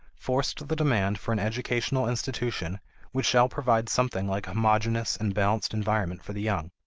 forced the demand for an educational institution which shall provide something like a homogeneous and balanced environment for the young.